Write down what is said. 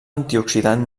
antioxidant